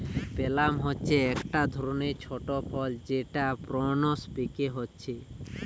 plum হচ্ছে একটা ধরণের ছোট ফল যেটা প্রুনস পেকে হচ্ছে